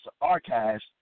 Archives